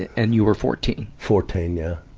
and, and you were fourteen. fourteen, yeah.